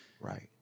Right